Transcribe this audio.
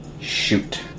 Shoot